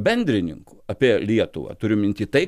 bendrininku apie lietuvą turiu minty tai